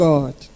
God